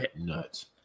nuts